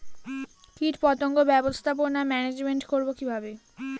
কীটপতঙ্গ ব্যবস্থাপনা ম্যানেজমেন্ট করব কিভাবে?